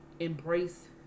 embrace